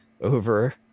over